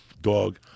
dog